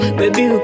baby